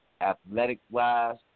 Athletic-wise